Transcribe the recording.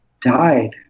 died